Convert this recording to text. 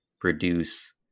produce